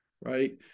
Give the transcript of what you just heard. right